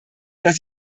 dass